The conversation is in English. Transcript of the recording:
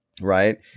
right